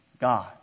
God